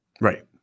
Right